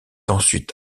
ensuite